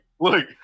Look